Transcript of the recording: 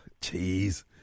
jeez